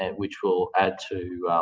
and which will add to